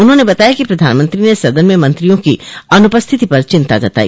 उन्होंने बताया कि प्रधानमंत्री ने सदन में मंत्रियों की अन्पस्थिति पर चिन्ता जताई